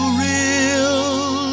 real